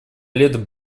лет